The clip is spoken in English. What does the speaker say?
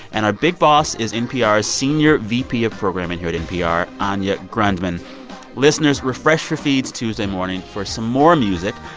and our big boss is npr's senior vp of programming here at npr, anya grundmann listeners, refresh your feeds tuesday morning for some more music.